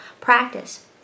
practice